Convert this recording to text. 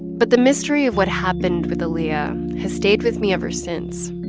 but the mystery of what happened with aaliyah has stayed with me ever since.